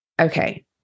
Okay